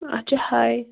اَتھ چھ ہاے